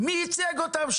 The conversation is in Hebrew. מי ייצג אותם?